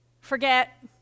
Forget